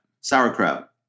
sauerkraut